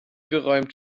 geräumt